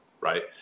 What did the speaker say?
right